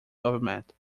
government